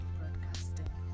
broadcasting